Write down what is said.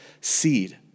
seed